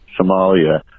Somalia